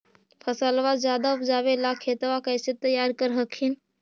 फसलबा ज्यादा उपजाबे ला खेतबा कैसे तैयार कर हखिन?